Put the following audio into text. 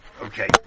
okay